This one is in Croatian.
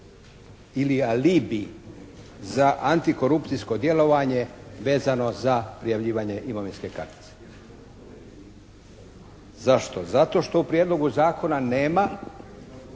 ili alibi za antikorupcijsko djelovanje vezano za prijavljivanje imovinske kartice. Zašto? Zato što u prijedlogu zakona nema